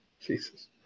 Jesus